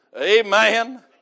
Amen